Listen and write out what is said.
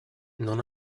non